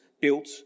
built